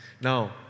Now